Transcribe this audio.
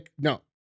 No